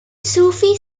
sufi